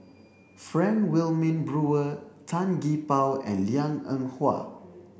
Frank Wilmin Brewer Tan Gee Paw and Liang Eng Hwa